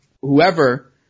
whoever